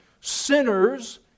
Sinners